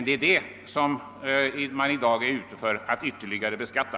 Det är dem som man i dag är ute efter att ytterligare beskatta.